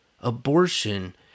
abortion